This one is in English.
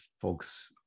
folks